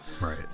Right